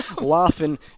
laughing